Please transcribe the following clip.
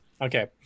okay